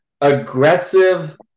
aggressive